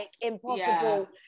impossible